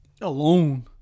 Alone